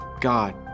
God